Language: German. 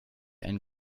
ein